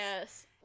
Yes